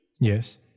Yes